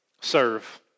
serve